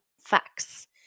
facts